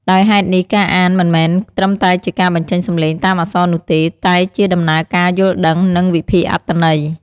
ដោយហេតុនេះ ការអាន មិនមែនត្រឹមតែជាការបញ្ចេញសំឡេងតាមអក្សរនោះទេ តែជាដំណើរការយល់ដឹង និងវិភាគអត្ថន័យ។